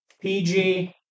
PG